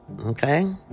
okay